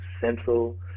central